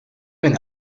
ben